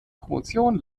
promotion